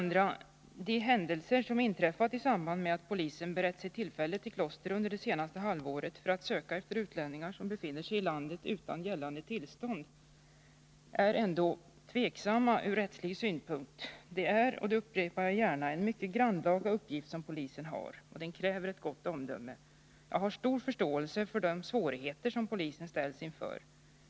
För det andra: vad som inträffat i samband med att polisen berett sig tillträde till kloster under det senaste halvåret, för att söka efter utlänningar som befinner sig i landet utan gällande tillstånd, är ändå tveksamt från rättslig synpunkt. Det är — och det upprepar jag gärna — en mycket grannlaga uppgift som polisen har, och den kräver ett gott omdöme. Jag har stor förståelse för de svårigheter som polisen ställs inför.